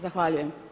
Zahvaljujem.